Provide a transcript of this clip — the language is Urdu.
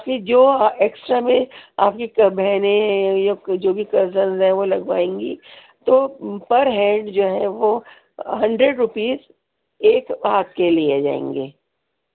اور باقی جو ایکسٹرا میں آپ کی بہنیں ہیں جو بھی کزنس ہیں وہ لگوائیں گی تو پر ہیڈ جو ہے وہ ہنڈریڈ روپیز ایک ہاتھ کے لیے لیے ہو جائیں گے